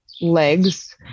legs